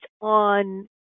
on